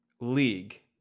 league